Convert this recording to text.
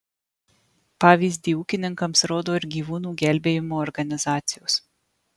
pavyzdį ūkininkams rodo ir gyvūnų gelbėjimo organizacijos